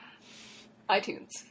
iTunes